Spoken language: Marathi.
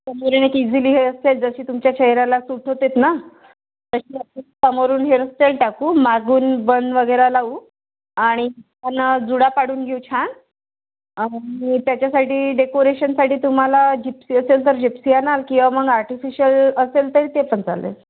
समोरून एक ईझिली हेअरस्टाईल जशी तुमच्या चेहऱ्याला सूट होते ना तशी आपण समोरून हेरस्टाईल टाकू मागून बन वगैरे लावू आणि जुडा पाडून घेऊ छान आणि त्याच्यासाठी डेकोरेशनसाठी तुम्हाला जिप्सी असेल तर जिप्सी येणार किंवा मग आर्टिफिशल असेल तर ते पण चालेल